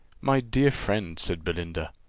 my dear friend, said belinda,